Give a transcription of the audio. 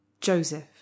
Joseph